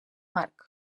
march